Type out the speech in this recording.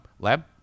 Lab